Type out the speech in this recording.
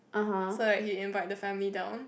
so like he invite the family down